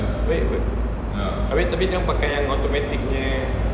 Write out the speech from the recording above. baik [pe] abeh tapi dorang pakai automatic punya